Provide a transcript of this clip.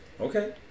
Okay